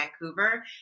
Vancouver